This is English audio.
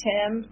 Tim